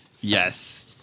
Yes